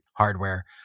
hardware